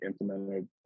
implemented